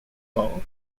law